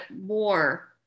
more